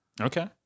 Okay